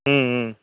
ம் ம்